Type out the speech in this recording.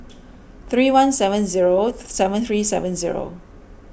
three one seven zero seven three seven zero